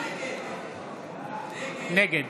נגד